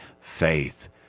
faith